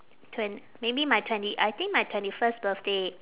twen~ maybe my twenty I think my twenty first birthday